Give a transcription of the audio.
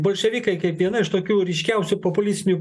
bolševikai kaip viena iš tokių ryškiausių populistinių